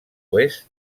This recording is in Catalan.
oest